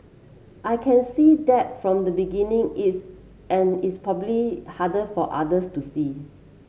I can see that from the beginning it's and it's probably harder for others to see